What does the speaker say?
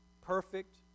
perfect